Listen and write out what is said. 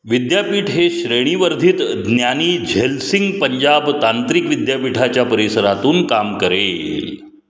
विद्यापीठ हे श्रेणीवर्धित ज्ञानी झैल सिंग पंजाब तांत्रिक विद्यापीठाच्या परिसरातून काम करेल